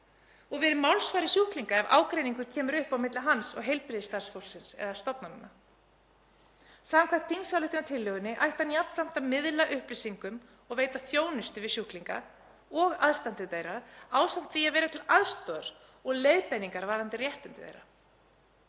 og verið málsvari sjúklinga ef ágreiningur kemur upp á milli hans og heilbrigðisstarfsfólks eða stofnana. Samkvæmt þingsályktunartillögunni ætti hann jafnframt að miðla upplýsingum og veita þjónustu við sjúklinga og aðstandendur þeirra ásamt því að vera til aðstoðar og leiðbeiningar varðandi réttindi þeirra.